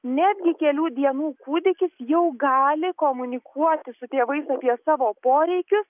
netgi kelių dienų kūdikis jau gali komunikuoti su tėvais apie savo poreikius